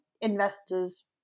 investors